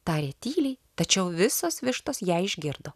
tarė tyliai tačiau visos vištos ją išgirdo